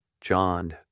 John